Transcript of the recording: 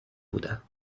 بودم